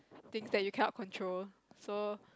things that you cannot control so